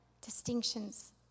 distinctions